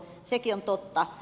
sekin on totta